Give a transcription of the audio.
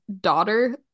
daughter